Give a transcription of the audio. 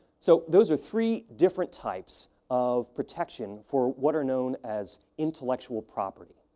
so, those are three different types of protection for what are known as intellectual property.